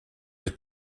les